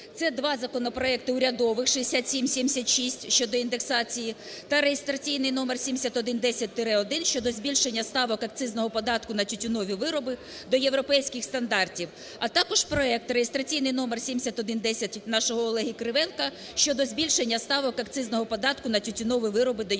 Це два законопроекти урядових – 6776 (щодо індексації), та реєстраційний номер 7110-1 (щодо збільшення ставок акцизного податку на тютюнові вироби до європейських стандартів), а також проект (реєстраційний номер 7110) нашого колеги Кривенка (щодо збільшення ставок акцизного податку на тютюнові вироби до європейських стандартів).